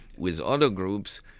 with other groups,